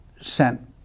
sent